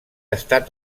estat